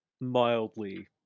mildly